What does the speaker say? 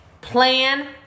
Plan